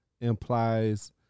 implies